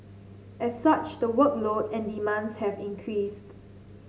as such the workload and demands have increased